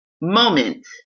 moment